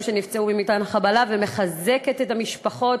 שנפצעו ממטען החבלה ומחזקת את המשפחות